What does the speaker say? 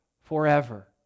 forever